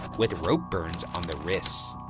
with rope burns on the wrists.